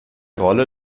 rolle